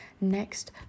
next